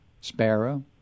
sparrow